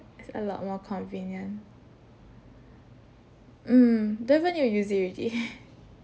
it's a lot more convenient mm don't even need to use it already